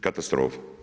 Katastrofa!